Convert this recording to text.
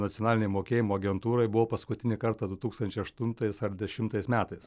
nacionalinėj mokėjimo agentūroj buvau paskutinį kartą du tūkstančiai aštuntais ar dešimtais metais